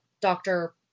doctor